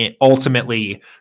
ultimately